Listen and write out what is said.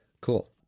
Cool